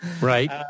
Right